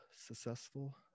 successful